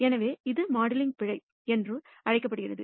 எனவே இது மாடலிங் பிழை என்று அழைக்கப்படுகிறது